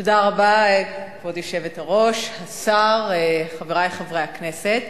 כבוד היושבת-ראש, השר, חברי חברי הכנסת,